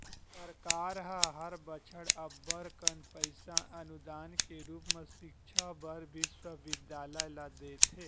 सरकार ह हर बछर अब्बड़ कन पइसा अनुदान के रुप म सिक्छा बर बिस्वबिद्यालय ल देथे